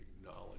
acknowledge